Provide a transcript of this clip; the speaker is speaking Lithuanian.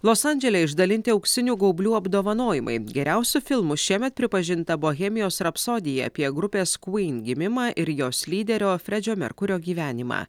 los andžele išdalinti auksinių gaublių apdovanojimai geriausiu filmu šiemet pripažinta bohemijos rapsodija apie grupės kuyn gimimą ir jos lyderio fredžio merkurio gyvenimą